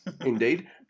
indeed